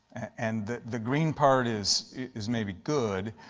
and the green part is is may be good,